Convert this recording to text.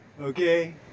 Okay